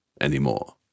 anymore